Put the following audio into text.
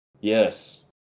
Yes